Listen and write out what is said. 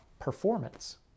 performance